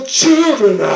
children